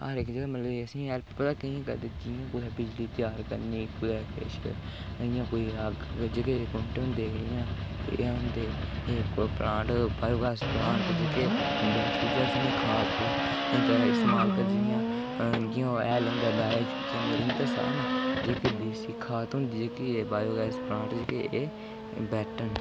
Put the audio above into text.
हर इक जगह् मतलब कुदै बिजली त्यार करनी कुदै कुदै किश इ'यां कोई अग्ग जेह्के एह् होंदे एह् प्लांट वायो गैस प्लांट जेह्के इस्तेमाल कर जि'यां ओह् हैल होंदा डाया जंदा